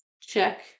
check